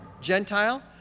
Gentile